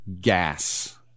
gas